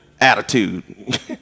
attitude